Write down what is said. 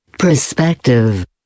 Perspective